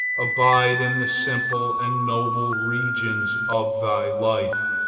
abide in the simple and noble regions of thy life,